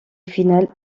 finale